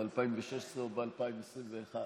ב-2016 או ב-2021.